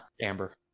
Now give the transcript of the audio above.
Amber